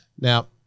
now